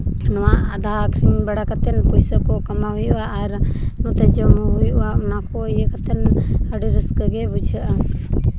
ᱱᱚᱣᱟ ᱟᱫᱷᱟ ᱟᱹᱠᱷᱨᱤᱧ ᱵᱟᱲᱟ ᱠᱟᱛᱮᱫ ᱯᱩᱭᱥᱟᱹ ᱠᱚ ᱠᱟᱢᱟᱣ ᱦᱩᱭᱩᱜᱼᱟ ᱟᱨ ᱱᱚᱛᱮ ᱡᱚᱢ ᱦᱚᱸ ᱦᱩᱭᱩᱜᱼᱟ ᱚᱱᱟ ᱠᱚ ᱤᱭᱟᱹ ᱠᱟᱛᱮᱫ ᱟᱹᱰᱤ ᱨᱟᱹᱥᱠᱟᱹ ᱜᱮ ᱵᱩᱡᱷᱟᱹᱜᱼᱟ